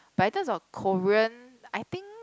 but in terms of Korean I think